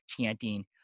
chanting